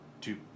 two